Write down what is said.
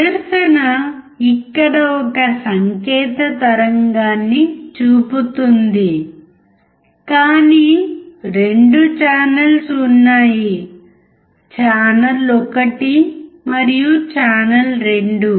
ప్రదర్శన ఇక్కడ ఒక సంకేత తరంగాన్ని చూపుతోంది కానీ 2 ఛానెల్స్ ఉన్నాయి ఛానల్ 1 మరియు ఛానల్ 2